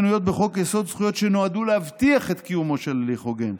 מנויות בחוק-היסוד זכויות שנועדו להבטיח את קיומו של הליך הוגן: